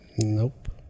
Nope